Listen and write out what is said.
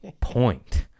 point